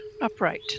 upright